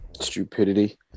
stupidity